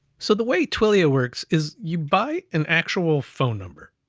so the way twilio works is you buy an actual phone number.